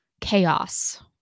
chaos